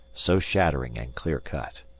so shattering and clear cut.